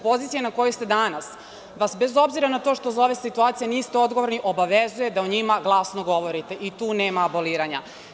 Pozicija na kojoj ste danas vas bez obzira na to što za ove situacije niste odgovorni, obavezuje da o njima glasno govorite i tu nema aboliranja.